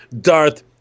Darth